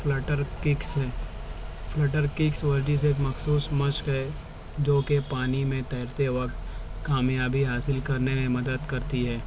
flutter kicks ہیں flutter kicks ورزش ایک مخصوص مشق ہے جوکہ پانی میں تیرتے وقت کامیابی حاصل کرنے میں مدد کرتی ہے